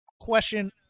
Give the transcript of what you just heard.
question